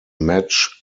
match